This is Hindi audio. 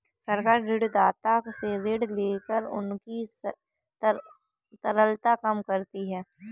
सरकार ऋणदाता से ऋण लेकर उनकी तरलता कम करती है